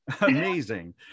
amazing